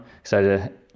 Excited